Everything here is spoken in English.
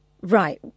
Right